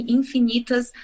infinitas